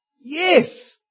Yes